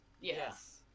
Yes